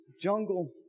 jungle